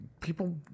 people